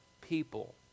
people